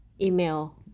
email